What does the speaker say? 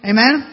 Amen